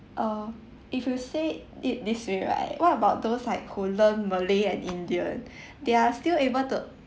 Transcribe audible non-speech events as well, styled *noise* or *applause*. uh if you said it this way right what about those like who learn malay and indian *breath* they are still able to